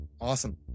Awesome